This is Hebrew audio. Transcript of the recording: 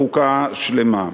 בחוקה שלמה.